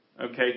Okay